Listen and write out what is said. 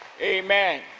Amen